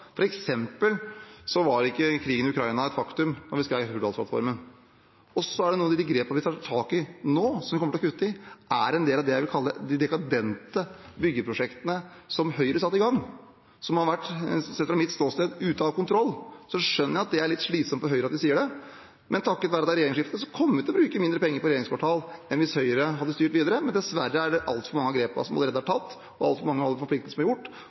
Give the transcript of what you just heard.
var ikke krigen i Ukraina et faktum da vi skrev Hurdalsplattformen. Noen av de grepene vi gjør, det vi tar tak i nå, er at vi kommer til å kutte i en del av det jeg vil kalle de dekadente byggeprosjektene som Høyre satte i gang, som har vært – sett fra mitt ståsted – ute av kontroll. Så skjønner jeg at det er litt slitsomt for Høyre at vi sier det, men takket være regjeringsskiftet kommer vi til å bruke mindre penger på regjeringskvartal enn hvis Høyre hadde styrt videre – dessverre er det allerede tatt altfor mange grep, og altfor mange forpliktelser er gjort. Den typen grep kommer dagens regjering til å gjøre, for det er